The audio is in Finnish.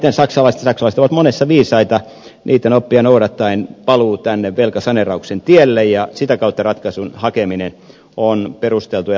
tavallaan näitten saksalaisten saksalaiset ovat monessa viisaita oppeja noudattaen paluu tänne velkasaneerauksen tielle ja sitä kautta ratkaisun hakeminen on perusteltua ja paikallaan